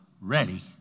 ready